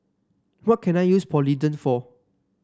what can I use Polident for